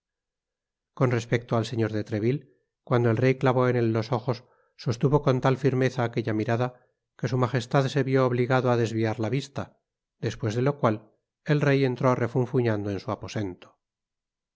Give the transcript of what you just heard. con respecto al señor de treville cuando el rey clavó en él los ojos sostuvo con tal firmeza aquella mirada que su magestad se vió obligado á desviar la vista despues de lo cual el rey entró refunfuñando en su aposento